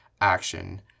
action